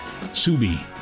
Subi